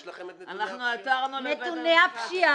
יש לכם את נתוני הפשיעה?